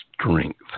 strength